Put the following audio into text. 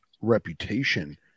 reputation